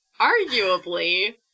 arguably